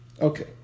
Okay